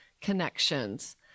connections